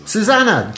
Susanna